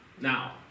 Now